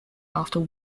after